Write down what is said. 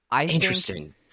Interesting